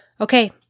Okay